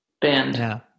band